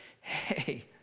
hey